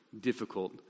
difficult